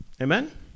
Amen